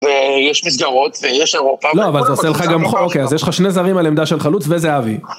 יש מסגרות ויש אירופה לא אבל זה עושה לך גם חוק אז יש לך שני זרים על עמדה של חלוץ וזהבי